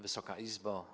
Wysoka Izbo!